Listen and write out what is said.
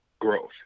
growth